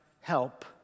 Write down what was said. Help